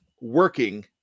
Working